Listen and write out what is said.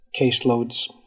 caseloads